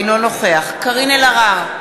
אינו נוכח קארין אלהרר,